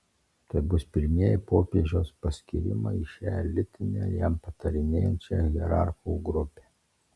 tai bus pirmieji popiežiaus paskyrimai į šią elitinę jam patarinėjančią hierarchų grupę